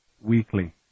weekly